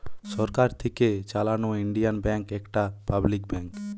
সরকার থিকে চালানো Indian Bank একটা পাবলিক ব্যাঙ্ক